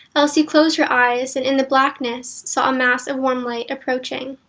elsie closed her eyes, and in the blackness saw a mass of warm light approaching.